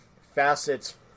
facets